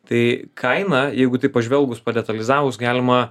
tai kainą jeigu taip pažvelgus padetalizavus galima